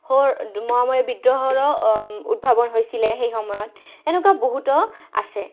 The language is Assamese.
সৰ মোৱামৰীয়া বিদ্ৰোহৰো উদ্ভাৱন হৈছিলে সেই সময়ত এনেকুৱা বহুতো আছে